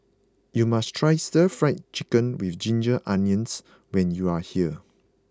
you must try Stir Fried Chicken with Ginger Onions when you are here